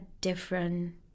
different